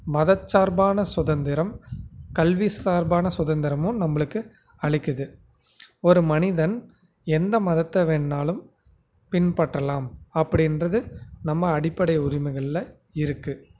மதச்சார்பான சதந்திரம் கல்வி சார்பான சுதந்திரமும் நம்மளுக்கு அளிக்குது ஒரு மனிதன் எந்த மதத்தை வேணுணாலும் பின்பற்றலாம் அப்படின்றது நம்ம அடிப்படை உரிமைகள்ல இருக்குது